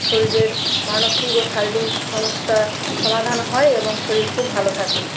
শরীরের মানসিক ও শারীরিক সমস্যা সমাধান হয় এবং শরীর খুব ভালো থাকে